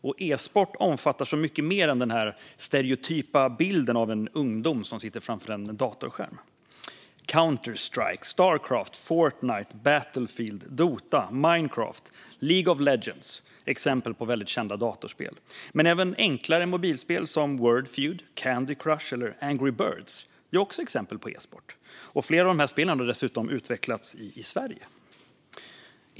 E-sport omfattar så mycket mer än den stereotypa bilden av en ungdom framför en datorskärm. Counter-Strike, Starcraft, Fortnite, Battlefield, Dota, Minecraft och League of Legends är exempel på kända datorspel. Men även enklare mobilspel som Wordfeud, Candy Crush och Angry Birds är exempel på esport. Flera av dessa spel har dessutom utvecklats i Sverige.